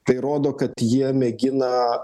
tai rodo kad jie mėgina